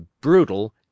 brutal